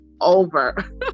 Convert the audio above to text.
over